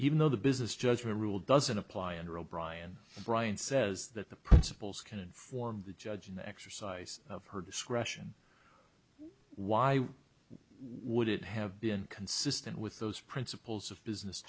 even though the business judgment rule doesn't apply and real brian brian says that the principals can inform the judge in the exercise of her discretion why would it have been consistent with those principles of business